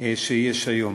שיש היום.